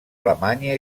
alemanya